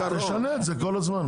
תשנה את זה כל הזמן.